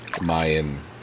Mayan